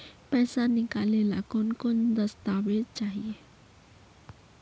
पैसा निकले ला कौन कौन दस्तावेज चाहिए?